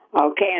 Okay